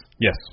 Yes